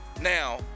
Now